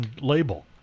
label